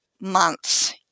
months